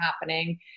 happening